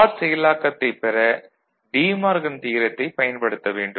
R செயலாக்கத்தைப் பெற De Morgan தியரத்தை De Morgan's Theorem பயன்படுத்த வேண்டும்